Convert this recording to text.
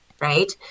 right